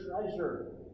treasure